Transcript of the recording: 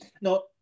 no